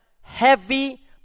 heavy